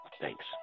Thanks